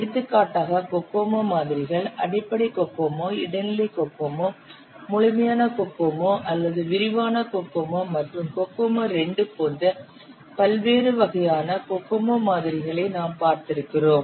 எடுத்துக்காட்டாக கோகோமோ மாதிரிகள் அடிப்படை கோகோமோ இடைநிலை கோகோமோ முழுமையான கோகோமோ அல்லது விரிவான கோகோமோ மற்றும் கோகோமோ 2 போன்ற பல்வேறு வகையான கோகோமோ மாதிரிகளை நாம் பார்த்திருக்கிறோம்